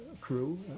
crew